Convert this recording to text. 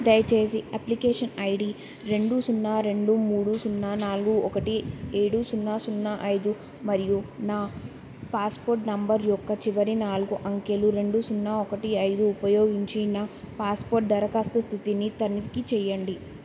దయచేసి application ID రెండు సున్నా రెండు మూడు సున్నా నాలుగు ఒకటి ఏడు సున్నా సున్నా ఐదు మరియు నా పాస్పోర్ట్ నంబర్ యొక్క చివరి నాలుగు అంకెలు రెండు సున్నా ఒకటి ఐదు ఉపయోగించి నా పాస్పోర్ట్ దరఖాస్తు స్థితిని తనిఖీ చేయండి